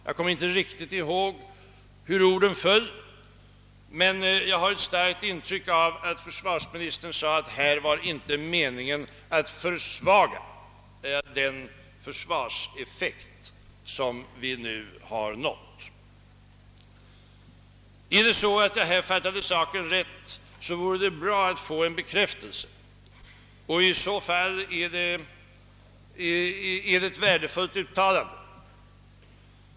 Jag kommer inte riktigt ihåg hur orden föll, men jag har ett starkt intryck av att försvarsministern sade att det inte var meningen att försvaga den försvarseffekt vi nu nått. Om jag fattade saken rätt, vore det bra att få en bekräftelse därpå och i så fall var det ett värdefullt uttalande.